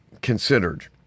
considered